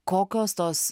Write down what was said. kokios tos